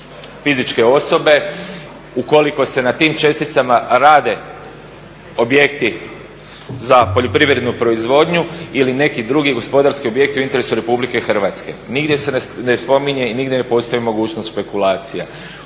fizičke osobe, ukoliko se na tim česticama rade objekti za poljoprivrednu proizvodnju ili neki drugi gospodarski objektu u interesu Republike Hrvatske. Nigdje se ne spominje i nigdje ne postoji mogućnost špekulacija